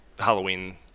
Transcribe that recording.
halloween